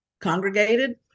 congregated